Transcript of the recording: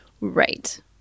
Right